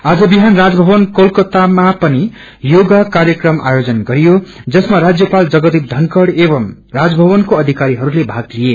आज बिहान राजभवन कलकतामा पनि योगा कार्यक्रम आयोजन गरियो जसमा राज्यपाल जगदीप धनखह एवं राजभवनको अधिकरीहरूले भाग लिए